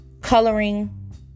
coloring